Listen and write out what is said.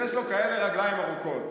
יש לו כאלה רגליים ארוכות.